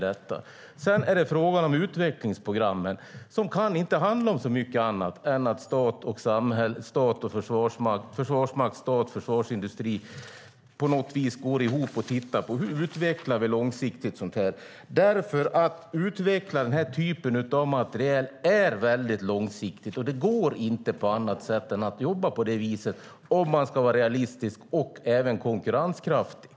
Sedan är det fråga om utvecklingsprogrammet, som inte kan handla om så mycket annat än att försvarsmakt-stat-försvarsindustri på något vis går ihop och tittar på hur vi långsiktigt utvecklar materiel. Att utveckla den här typen av materiel är väldigt långsiktigt. Det går inte på annat sätt än att jobba på det viset om man ska vara realistisk och även konkurrenskraftig.